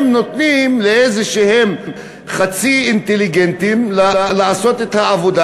נותנים לאיזשהם חצי-אינטליגנטים לעשות את העבודה